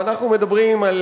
ואנחנו מדברים על: